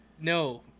No